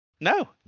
No